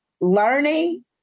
learning